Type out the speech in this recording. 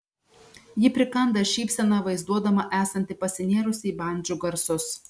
ji prikanda šypseną vaizduodama esanti pasinėrusi į bandžų garsus